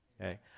okay